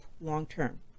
long-term